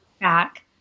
back